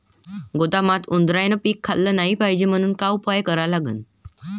गोदामात उंदरायनं पीक खाल्लं नाही पायजे म्हनून का उपाय करा लागन?